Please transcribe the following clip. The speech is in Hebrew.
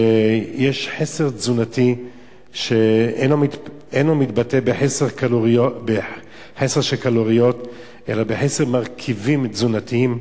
ויש חסר תזונתי שאינו מתבטא בחסר של קלוריות אלא בחסר מרכיבים תזונתיים,